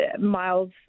Miles